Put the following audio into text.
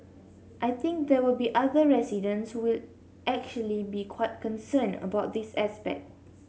I think there will be other residents who will actually be quite concerned about this aspect